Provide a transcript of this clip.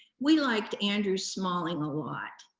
we liked andrew smalling a lot,